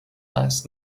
last